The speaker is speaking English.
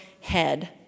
head